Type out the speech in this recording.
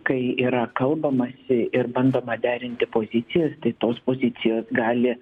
kai yra kalbamasi ir bandoma derinti pozicijas tai tos pozicijos gali